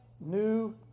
new